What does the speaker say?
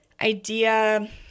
idea